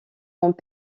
ont